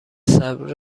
صبر